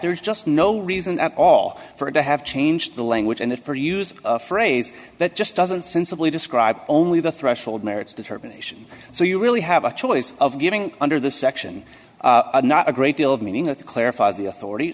there is just no reason at all for it to have changed the language and its per use phrase that just doesn't sensibly describe only the threshold merits determination so you really have a choice of getting under the section not a great deal of meaning that clarifies the authority